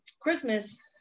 Christmas